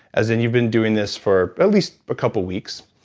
as in you been doing this for at least a couple weeks.